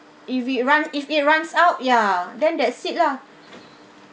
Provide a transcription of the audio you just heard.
if it run if it runs out ya then that's it lah